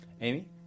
Amy